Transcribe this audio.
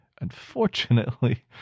Unfortunately